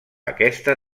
aquesta